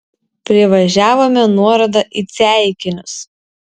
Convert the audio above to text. privažiavome nuorodą į ceikinius